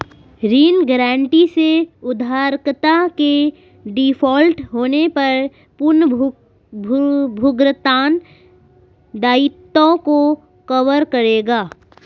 ऋण गारंटी से उधारकर्ता के डिफ़ॉल्ट होने पर पुनर्भुगतान दायित्वों को कवर करेगा